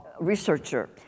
researcher